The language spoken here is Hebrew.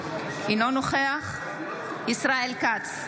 אינו נוכח ישראל כץ,